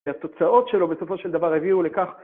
והתוצאות שלו בסופו של דבר הביאו לכך.